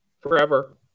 forever